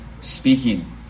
speaking